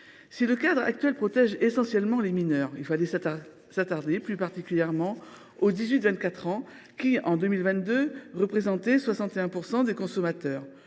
Si le cadre actuel protège essentiellement les mineurs, il fallait s’attarder plus particulièrement sur le cas des 18 24 ans, qui, en 2022, représentaient 61 % des consommateurs.